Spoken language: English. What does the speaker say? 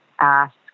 ask